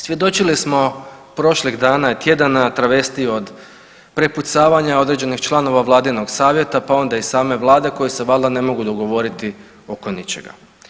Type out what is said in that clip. Svjedočili smo prošlih dana i tjedana travestiju od prepucavanja određenih članova Vladinog savjeta pa onda i same vlade koji se valjda ne mogu dogovoriti oko ničega.